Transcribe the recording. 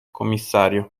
commissario